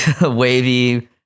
wavy